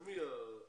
של מי עורכי